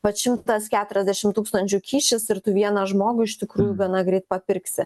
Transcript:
vat šimtas keturiasdešim tūkstančių kyšis ir tu vieną žmogų iš tikrųjų gana greit papirksi